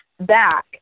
back